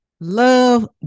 Love